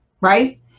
right